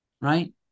Right